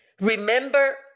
Remember